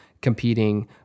competing